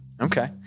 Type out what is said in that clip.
Okay